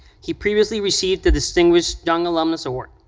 he previously received the distinguished young alumnus award.